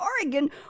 Oregon